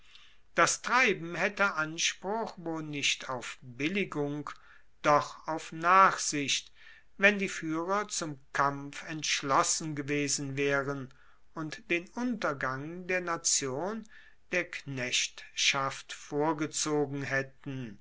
das treiben haette anspruch wo nicht auf billigung doch auf nachsicht wenn die fuehrer zum kampf entschlossen gewesen waeren und den untergang der nation der knechtschaft vorgezogen haetten